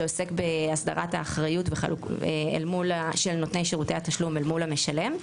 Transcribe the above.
שעוסק בהסדרת האחריות של נותני שירותי התשללום אל מול המשלם,